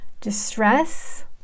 distress